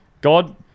God